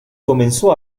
comenzó